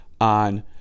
on